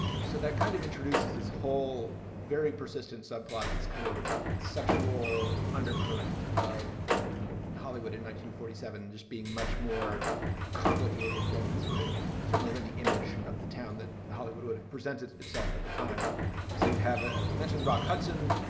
so that kind of introduces this whole very persistent subplot of this kind of sexual undercurrent of hollywood in one forty seven, just being much more complicated than the sort of certainly than the image of the town that hollywood would have presented itself at the time so you have it, as you mentioned, rock hudson,